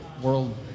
World